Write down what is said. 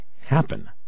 happen